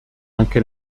anche